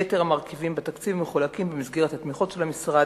יתר המרכיבים בתקציב מחולקים במסגרת התמיכות של המשרד,